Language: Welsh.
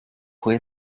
pwy